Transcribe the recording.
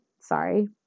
sorry